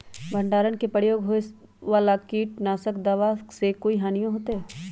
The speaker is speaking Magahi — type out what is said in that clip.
भंडारण में प्रयोग होए वाला किट नाशक दवा से कोई हानियों होतै?